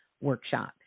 workshop